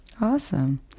Awesome